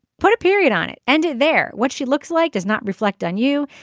put a period on it and there what she looks like does not reflect on you.